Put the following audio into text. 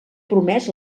promès